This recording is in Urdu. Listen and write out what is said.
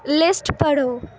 لسٹ پڑھو